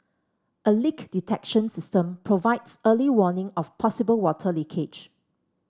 a leak detection system provides early warning of possible water leakage